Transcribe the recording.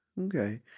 Okay